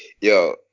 Yo